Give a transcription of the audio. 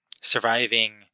surviving